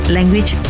Language